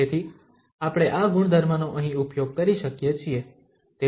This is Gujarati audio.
તેથી આપણે આ ગુણધર્મનો અહીં ઉપયોગ કરી શકીએ છીએ